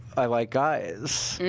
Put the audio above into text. i like guys,